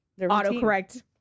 autocorrect